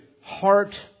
heart